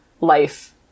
life